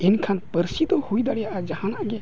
ᱮᱱᱠᱷᱟᱱ ᱯᱟᱹᱨᱥᱤᱫᱚ ᱦᱩᱭ ᱫᱟᱲᱮᱭᱟᱜᱼᱟ ᱡᱟᱦᱟᱱᱟᱜ ᱜᱮ